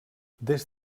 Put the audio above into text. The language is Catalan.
des